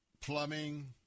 plumbing